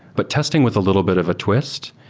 but testing with a little bit of a twist,